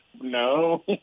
no